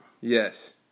Yes